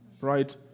Right